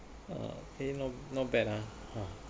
okay not bad ah